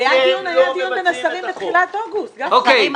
היה דיון בין השרים בתחילת אוגוסט, גפני.